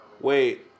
Wait